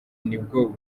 nibwo